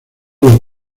los